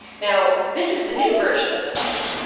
now, this is the new version of the button,